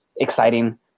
exciting